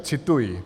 Cituji: